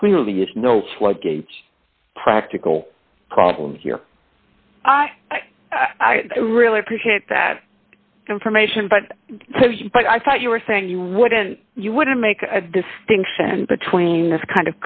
clearly is no gauge practical problems here i i really appreciate that information but i thought you were saying you wouldn't you wouldn't make a distinction between this kind